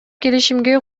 келишимге